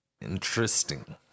Interesting